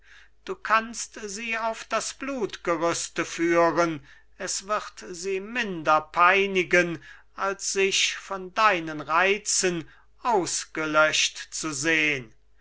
du kannst sie auf das blutgerüste führen es wird sie minder peinigen als sich von deinen reizen ausgelöscht zu sehn